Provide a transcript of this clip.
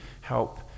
help